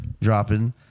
Dropping